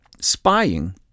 spying